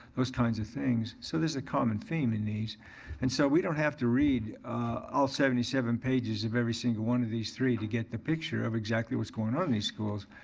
those kinds of things. so there's a common theme in these and so we don't have to read all seventy seven pages of every single one of these three to get the picture of exactly what's going on in these schools.